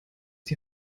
die